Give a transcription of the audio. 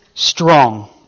Strong